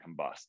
combust